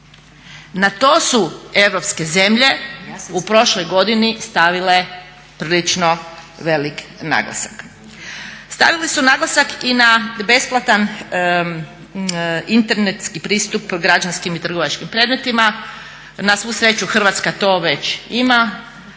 Na to su europske zemlje u prošloj godini stavile prilično velik naglasak. Stavili su naglasak i na besplatan internetski pristup građanskim i trgovačkim predmetima. Na svu sreću Hrvatska to već ima.